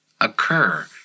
occur